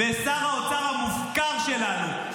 ושר האוצר המופקר שלנו,